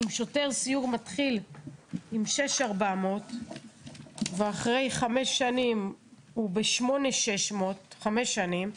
אם שוטר סיור מתחיל עם 6,400 ואחרי שנים הוא מרוויח 8,600 --- נטו.